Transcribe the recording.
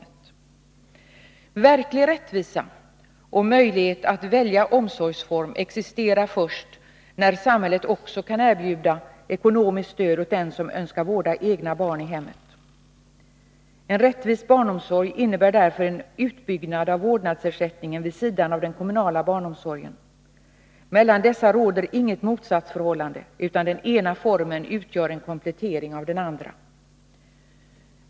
Man kan tala om verklig rättvisa och möjlighet att välja omsorgsform först när samhället också kan erbjuda ekonomiskt stöd åt den som önskar vårda egna barn i hemmet. För att uppnå rättvisa när det gäller barnomsorgen krävs det därför en utbyggnad av vårdnadsersättningen, vid sidan av den kommunala barnomsorgen. Mellan dessa former råder inget motsatsförhållande, utan den ena formen utgör en komplettering av den andra.